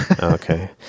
Okay